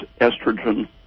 estrogen